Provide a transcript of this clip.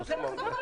לשוטר.